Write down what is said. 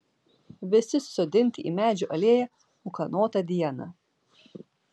visi susodinti į medžių alėją ūkanotą dieną